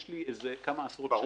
יש לי כמה עשרות שנים בהיכרות אתם.